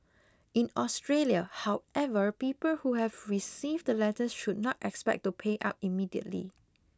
in Australia however people who have received the letters should not expect to pay up immediately